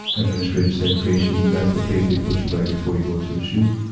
administrative segregation. that's the place they put you right before you go to the shu,